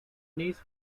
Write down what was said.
niece